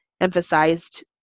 emphasized